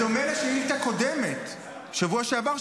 בדומה לשאילתה קודמת בשבוע שעבר,